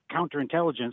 counterintelligence